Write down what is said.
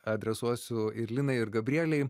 adresuosiu ir linai ir gabrielei